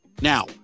Now